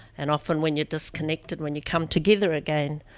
and often when you're disconnected, when you come together again,